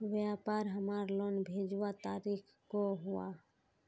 व्यापार हमार लोन भेजुआ तारीख को हुआ?